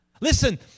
Listen